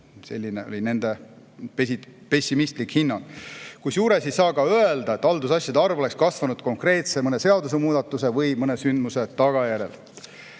Selline oli nende pessimistlik hinnang. Kusjuures ei saa ka öelda, et haldusasjade arv oleks kasvanud mõne konkreetse seadusemuudatuse või mõne sündmuse tagajärjel.